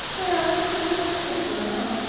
well, it's nice that you're on,